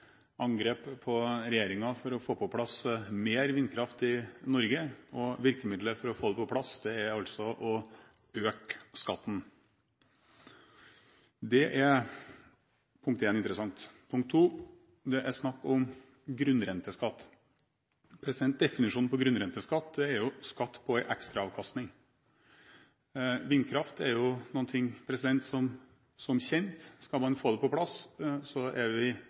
angrep på regjeringen for å få på plass mer vindkraft i Norge, og virkemidlet for å få det på plass er altså å øke skatten. Dette er for det første interessant. For det andre er det snakk om grunnrenteskatt. Definisjonen på grunnrenteskatt er jo skatt på en ekstraavkastning. Vindkraft er jo noe som vi, som kjent, er nødt til å subsidiere hvis vi skal få det på plass, og det er ganske omfattende subsidier. Vi